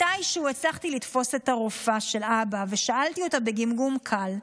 מתישהו הצלחתי לתפוס את הרופאה של אבא ושאלתי אותה בגמגום קל,